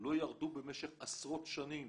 לא ירדו במשך עשרות שנים